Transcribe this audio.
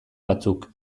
batzuk